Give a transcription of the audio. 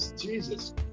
Jesus